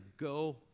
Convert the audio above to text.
go